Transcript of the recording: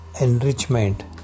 enrichment